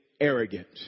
arrogant